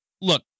Look